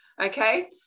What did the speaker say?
Okay